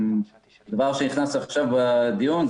דבר שנכנס עכשיו בדיון,